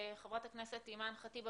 חברת הכנסת אימאן ח'טיב,